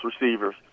receivers